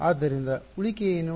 ಆದ್ದರಿಂದ ಉಳಿಕೆ ಏನು